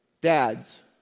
Dads